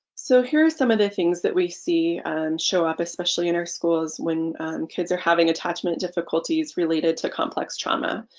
so here are some of the things that we see show up especially in our schools when kids are having attachment difficulties related to complex trauma.